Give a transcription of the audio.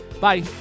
bye